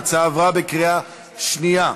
ההצעה עברה בקריאה שנייה.